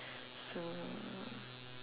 so